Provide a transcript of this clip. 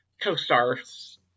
co-stars